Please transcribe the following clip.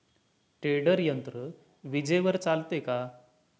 Tedder यंत्र विजेवर चालते का?